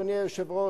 אדוני היושב-ראש,